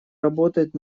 работать